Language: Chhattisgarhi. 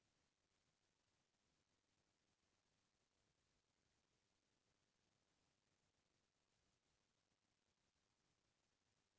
महंगाई म बरोबर नियंतरन करना अउ कीमत म स्थिरता लवई के काम ह मौद्रिक नीति के ही रहिथे